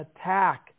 attack